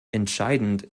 entscheidend